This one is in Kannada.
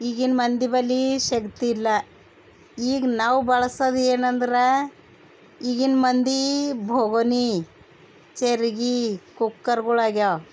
ಈಗಿನ ಮಂದಿ ಬಳಿ ಶಕ್ತಿ ಇಲ್ಲ ಈಗ ನಾವು ಬಳ್ಸದು ಏನಂದ್ರೆ ಈಗಿನ ಮಂದಿ ಬೋಗೊಣಿ ಚರಗಿ ಕುಕ್ಕರ್ಗಳಾಗ್ಯಾವ